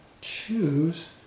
choose